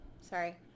Sorry